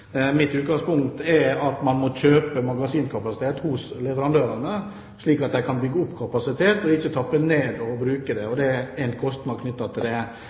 Mitt utgangspunkt er at man må kjøpe magasinkapasitet hos leverandørene, slik at de kan bygge opp kapasitet og ikke tappe ned og bruke den. Det er en kostnad knyttet til dette. Det